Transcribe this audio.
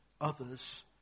others